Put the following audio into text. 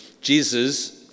Jesus